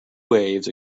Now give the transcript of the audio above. waves